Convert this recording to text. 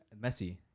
Messi